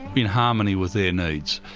in harmony with their needs.